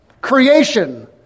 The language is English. creation